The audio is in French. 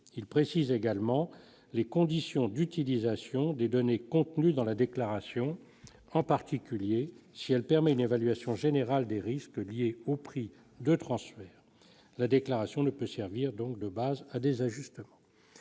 Il précise également les conditions d'utilisation des données contenues dans la déclaration. En particulier, si elle permet une évaluation générale des risques liés aux prix de transfert, la déclaration ne peut servir de base à des ajustements.